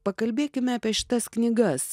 pakalbėkime apie šitas knygas